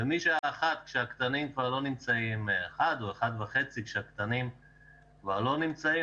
ומשעה 13:00 או 13:30 כשהקטנים כבר לא נמצאים,